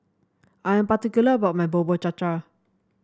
I am particular about my Bubur Cha Cha